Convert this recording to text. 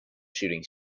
shooting